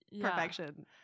perfection